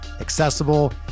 accessible